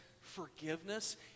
forgiveness